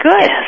good